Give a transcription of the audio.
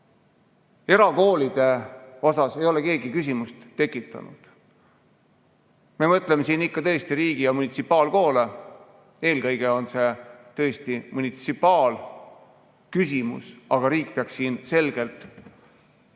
erakoolide puhul ei ole keegi küsimust tekitanud. Me mõtleme siin ikka tõesti riigi- ja munitsipaalkoole. Eelkõige on see tõesti munitsipaalküsimus, aga riik peaks siin selgelt taha